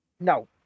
No